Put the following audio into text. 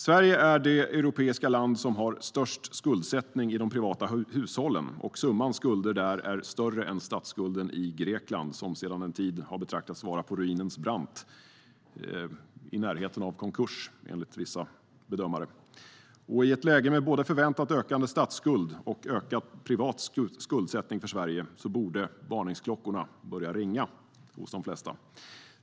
Sverige är det europeiska land som har störst skuldsättning i de privata hushållen. Summan skulder är större än statsskulden i Grekland, som ju sedan en tid betraktas stå på ruinens brant och, enligt vissa bedömare, vara i närheten av konkurs. I ett läge med både förväntad ökande statsskuld och ökad privat skuldsättning i Sverige borde varningsklockorna hos de flesta börja ringa.